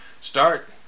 start